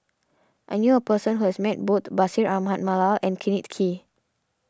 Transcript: I knew a person who has met both Bashir Ahmad Mallal and Kenneth Kee